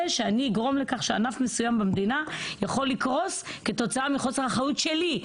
שאני אגרום לכך שענף מסוים במדינה יכול לקרוס כתוצאה מחוסר אחריות שלי.